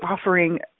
offering